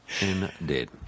indeed